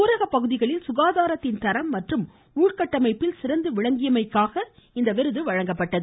ஊரகப்பகுதிகளில் சுகாதாரத்தின் தரம் மற்றும் உள்கட்டமைப்பில் சிறந்து விளங்கியதற்காக இந்த விருது வழங்கப்பட்டது